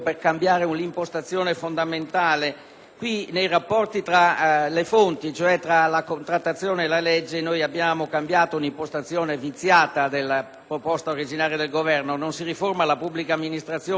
dei rapporti tra le fonti, cioè tra la contrattazione e la legge. Abbiamo cambiato un'impostazione viziata della proposta originale del Governo: non si riforma la pubblica amministrazione con botte di leggi, o peggio di leggine,